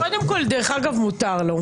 דרך אגב, מותר לו.